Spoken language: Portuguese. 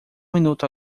minuto